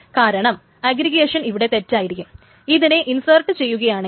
കാരണം അഗ്രിഗേഷൻ ഇവിടെ തെറ്റായിരിക്കും ഇതിനെ ഇൻസേർട്ട് ചെയ്യുകയാണെങ്കിൽ